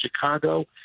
Chicago